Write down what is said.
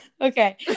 Okay